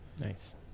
nice